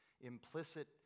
implicit